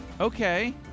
okay